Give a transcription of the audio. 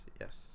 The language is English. yes